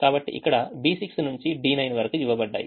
కాబట్టి ఇక్కడ B6 నుండి D9 వరకు ఇవ్వబడ్డాయి